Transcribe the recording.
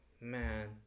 man